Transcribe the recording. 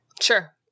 sure